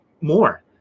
more